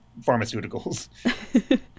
pharmaceuticals